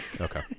Okay